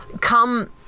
come